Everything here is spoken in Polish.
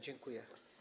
Dziękuję.